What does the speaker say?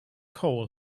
coal